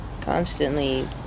constantly